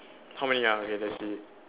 how many ah okay let's see